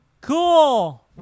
Cool